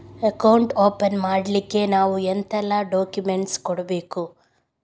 Account open ಮಾಡ್ಲಿಕ್ಕೆ ನಾವು ಎಂತೆಲ್ಲ ಡಾಕ್ಯುಮೆಂಟ್ಸ್ ಕೊಡ್ಬೇಕು?